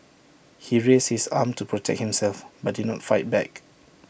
he raised his arm to protect himself but did not fight back